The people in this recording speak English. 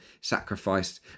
sacrificed